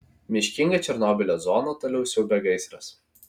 miškingą černobylio zoną toliau siaubia gaisras